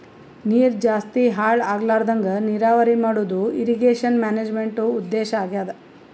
ನೀರ್ ಜಾಸ್ತಿ ಹಾಳ್ ಆಗ್ಲರದಂಗ್ ನೀರಾವರಿ ಮಾಡದು ಇರ್ರೀಗೇಷನ್ ಮ್ಯಾನೇಜ್ಮೆಂಟ್ದು ಉದ್ದೇಶ್ ಆಗ್ಯಾದ